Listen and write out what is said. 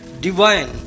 divine